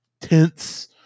tense